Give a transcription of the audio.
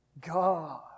God